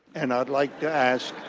and i'd like to ask